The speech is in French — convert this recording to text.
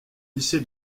lycée